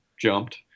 jumped